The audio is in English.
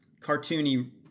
cartoony